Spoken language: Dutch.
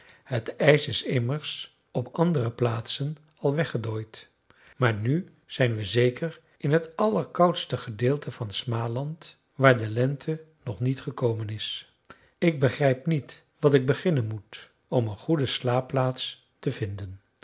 het ijs is immers op andere plaatsen al weggedooid maar nu zijn we zeker in het allerkoudste gedeelte van smaland waar de lente nog niet gekomen is ik begrijp niet wat ik beginnen moet om een goede slaapplaats te vinden